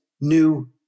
new